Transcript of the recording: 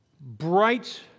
bright